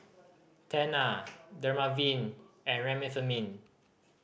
Tena Dermaveen and Remifemin